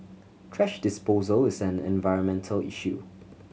thrash disposal is an environmental issue